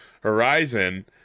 Horizon